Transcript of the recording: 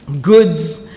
goods